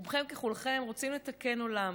רובכם ככולכם רוצים לתקן עולם,